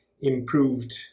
improved